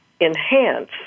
enhance